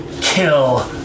kill